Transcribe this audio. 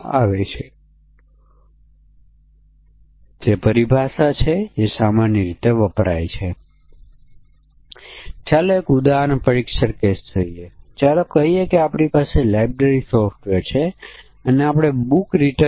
હવે ચાલો આપણે બાઉન્ડ્રી વેલ્યુ તરીકે ઓળખાતા આ ખૂબ જ સામાન્ય વિશેષ મૂલ્ય પરીક્ષણને જોઈએ જે તમામ પ્રકારના સોફ્ટવેરને લાગુ પડે છે